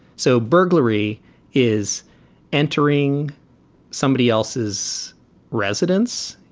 so burglary is entering somebody else's residence,